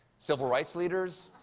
civil rights leaders,